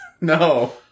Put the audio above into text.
No